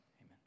amen